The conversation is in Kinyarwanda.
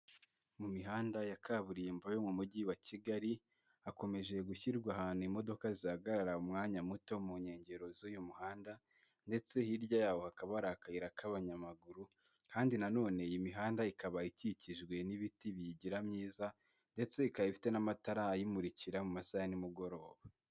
Mu mihanda ya kaburimbo yo mu mujyi wa kigali hakomeje gushyirwa ahantu imodoka zihagarara umwanya muto mu nkengero z'uyu muhanda ndetse hirya yawo hakaba ari akayira k'abanyamaguru kandi na none iyi mihanda ikaba ikikijwe n'ibiti biyigira myiza ndetse ikaba ifite n'amatara ayimurikira mu masaha ya nimugoroba.